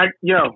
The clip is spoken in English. Yo